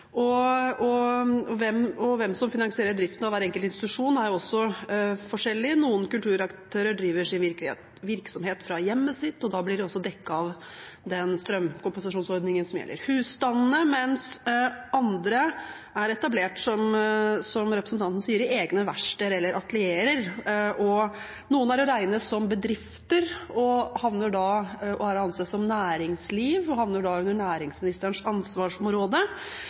Hvem som finansierer driften av hver enkelt institusjon, er også forskjellig. Noen kulturaktører driver sin virksomhet fra hjemmet sitt, og da blir det dekket av den strømkompensasjonsordningen som gjelder husstandene, mens andre er etablert, som representanten sier, i egne verksteder eller atelierer. Noen er å regne som bedrifter og er å anse som næringsliv og havner da under næringsministerens ansvarsområde.